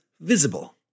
Visible